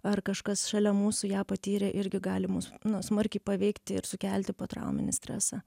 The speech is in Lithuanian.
ar kažkas šalia mūsų ją patyrė irgi gali mus nu smarkiai paveikti ir sukelti potrauminį stresą